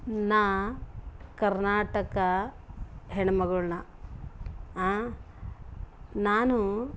ನಾ ಕರ್ನಾಟಕ ಹೆಣ್ಮಗಳು ನಾ ಆಂ ನಾನು